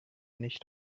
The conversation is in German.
nicht